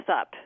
up